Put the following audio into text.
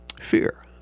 Fear